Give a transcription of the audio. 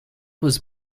was